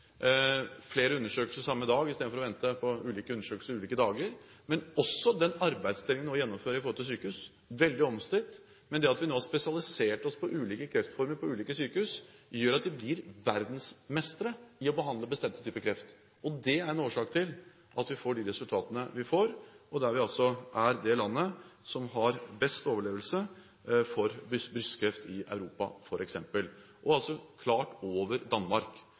flere undersøkelser samme dag istedenfor å vente på ulike undersøkelser ulike dager, men også den arbeidsdelingen vi nå gjennomfører ved sykehusene – veldig omstridt, men det at vi nå har spesialisert oss på ulike kreftformer på ulike sykehus, gjør at vi blir verdensmestre i å behandle bestemte typer kreft. Det er en årsak til at vi får de resultatene vi får, og til at vi er det landet som har best overlevelse når det gjelder brystkreft, i Europa f.eks., og klart bedre enn Danmark.